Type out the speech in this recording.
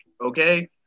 okay